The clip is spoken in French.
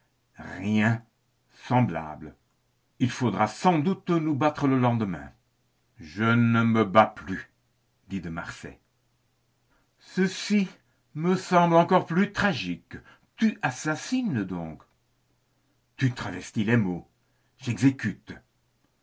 rien semblable il faudrait sans doute nous battre le lendemain je ne me bats plus dit de marsay ceci me semble encore plus tragique tu assassines donc tu travestis les mots j'exécute